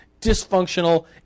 dysfunctional